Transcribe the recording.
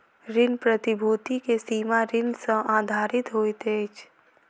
ऋण प्रतिभूति के सीमा ऋण सॅ आधारित होइत अछि